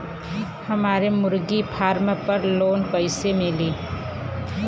हमरे मुर्गी फार्म पर लोन कइसे मिली?